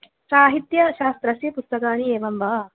साहित्यशास्त्रस्य पुस्तकानि एवं वा